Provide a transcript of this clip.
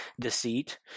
deceit